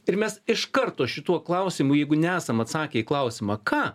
ir mes iš karto šituo klausimu jeigu nesam atsakę į klausimą ką